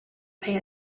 pay